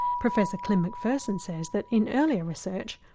professor klim mcpherson says that in earlier research,